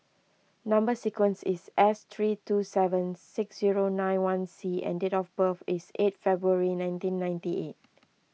Number Sequence is S three two seven six zero nine one C and date of birth is eight February nineteen ninety eight